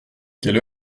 quelle